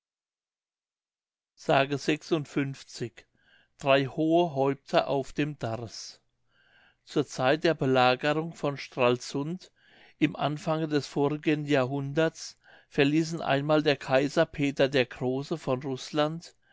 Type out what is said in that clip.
s drei hohe häupter auf dem darß zur zeit der belagerung von stralsund im anfange des vorigen jahrhunderts verließen einmal der kaiser peter der große von rußland